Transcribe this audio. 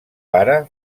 pare